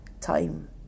time